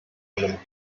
allem